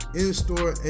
in-store